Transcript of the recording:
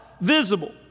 visible